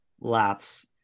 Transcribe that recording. laps